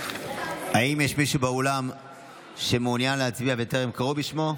אינה נוכחת האם יש מישהו באולם שמעוניין להצביע וטרם קראו בשמו?